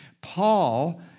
Paul